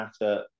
matter